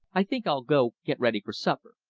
i think i'll go get ready for supper.